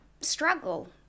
struggle